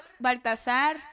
Baltasar